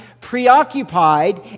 preoccupied